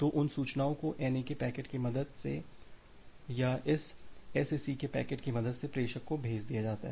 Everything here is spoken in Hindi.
तो उन सूचनाओं को NAK पैकेट की मदद से या इस SACK पैकेट की मदद से प्रेषक को भेज दिया जाता है